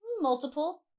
Multiple